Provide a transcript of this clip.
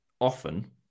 often